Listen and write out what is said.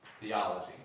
Theology